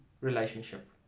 relationship